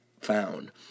found